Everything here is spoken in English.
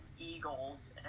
Eagles